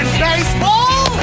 baseball